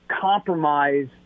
compromise